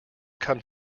come